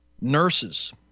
nurses